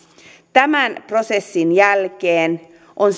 tämän prosessin jälkeen on